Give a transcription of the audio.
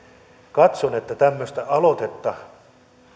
katson että tämmöistä aloitetta